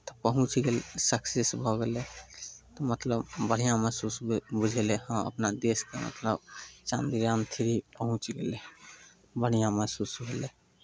तऽ पहुँचि गेलै सक्सेस भऽ गेलै तऽ मतलब बढ़िआँ महसूस भेल बुझयलै हँ अपना देशके मतलब चन्द्रयान थ्री पहुँचि गेलै बढ़िआँ महसूस भेलै